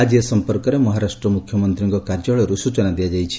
ଆଜି ଏ ସମ୍ପର୍କରେ ମହାରାଷ୍ଟ୍ର ମୁଖ୍ୟମନ୍ତ୍ରୀଙ୍କ କାର୍ଯ୍ୟାଳୟରୁ ସୂଚନା ଦିଆଯାଇଛି